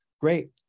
great